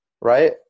Right